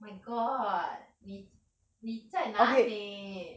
my god 你你在哪里